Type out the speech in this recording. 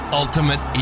ultimate